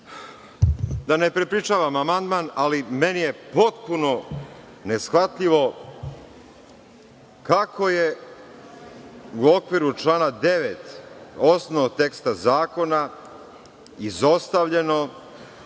Da ne prepričavam amandman, ali meni je potpuno neshvatljivo kako je u okviru člana 9. osnovnog teksta zakona izostavljeno